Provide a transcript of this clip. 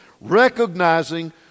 recognizing